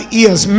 ears